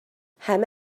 همه